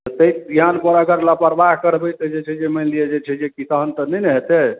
तैं ध्यान पर अगर लापरवाह करबै तऽ जे छै जे मानि लिअ जे छै जे कि तहन नहि ने हेतै